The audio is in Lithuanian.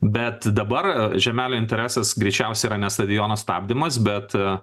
bet dabar žiemelio interesas greičiausiai yra ne stadiono stabdymas bet